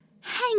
Hang